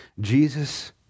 Jesus